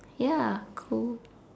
ya cool